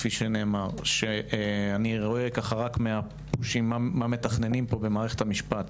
כפי שנאמר, אני רואה מה מתכננים פה במערכת המשפט,